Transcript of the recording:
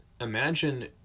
Imagine